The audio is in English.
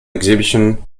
exhibition